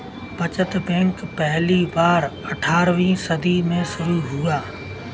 बचत बैंक पहली बार अट्ठारहवीं सदी में शुरू हुआ